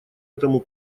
этому